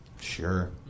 sure